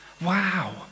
Wow